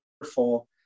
wonderful